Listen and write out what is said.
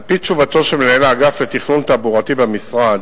על-פי תשובתו של מנהל האגף לתכנון תעבורתי במשרד,